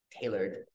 tailored